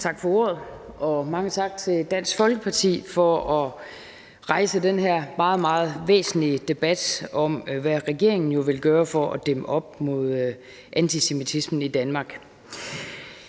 Tak for ordet, og mange tak til Dansk Folkeparti for at rejse den her meget, meget væsentlige debat om, hvad regeringen vil gøre for at dæmme op for antisemitismen i Danmark.